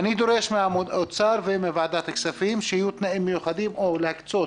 אני דורש מהאוצר ומוועדת הכספים שיהיו תנאים מיוחדים או להקצות